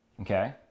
Okay